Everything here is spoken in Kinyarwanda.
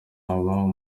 waba